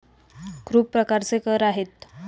खूप प्रकारचे कर आहेत